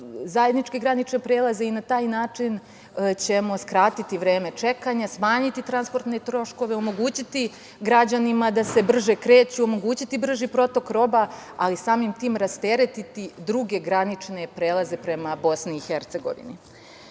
zajedničke granične prelaze i na taj način ćemo skratiti vreme čekanja, smanjiti transportne troškove, omogućiti građanima da se brže kreću, omogućiti brži protok roba, ali samim tim rasteretiti druge granične prelaze prema BiH.Ovakvim